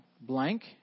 blank